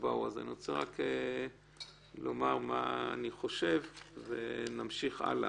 שבאו אני רוצה לומר מה אני חושב ונמשיך הלאה.